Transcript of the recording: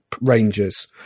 Rangers